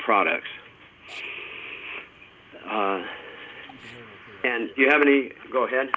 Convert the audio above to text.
products and you have any go ahead